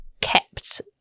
kept